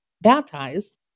baptized